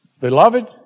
Beloved